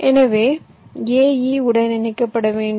எனவே a e உடன் இணைக்கப்பட வேண்டும்